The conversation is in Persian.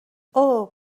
اوه